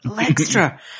extra